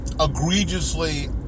egregiously